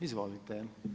Izvolite.